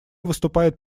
выступает